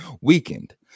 weakened